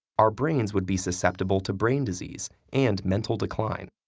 our brains would be susceptible to brain disease and mental decline.